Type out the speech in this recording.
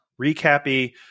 recappy